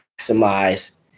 maximize